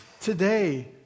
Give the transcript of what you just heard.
today